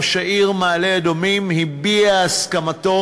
ראש העיר של מעלה-אדומים הביע את הסכמתו